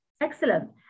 Excellent